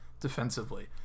Defensively